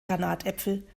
granatäpfel